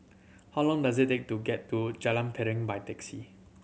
how long does it take to get to Jalan Piring by taxi